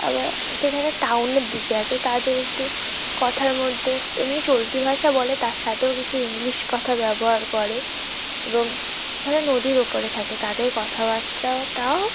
আবার অনেকে যারা টাউনের দিকে আছে তাদের একটু কথার মধ্যে এমনি চলতি ভাষা বলে তার সাথেও কিছু ইংলিশ কথা ব্যবহার করে এবং যারা নদীর ওপারে থাকে তাদের কথাবার্তাটাও